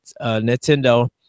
Nintendo